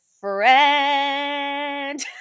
friend